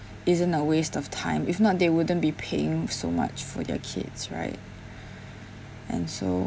isn't a waste of time if not they wouldn't be paying so much for their kids right and so